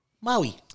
Maui